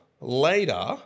later